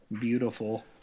beautiful